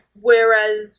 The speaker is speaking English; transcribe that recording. Whereas